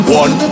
one